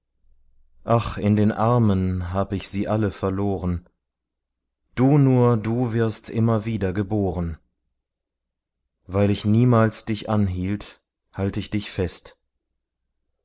ach in den armen hab ich sie alle verloren du nur du wirst immer wieder geboren weil ich niemals dich anhielt halt ich dich fest